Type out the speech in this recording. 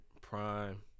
prime